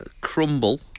crumble